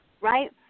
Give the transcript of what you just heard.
right